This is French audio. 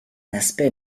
aspect